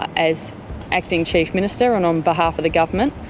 as acting chief minister and on behalf of the government,